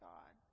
God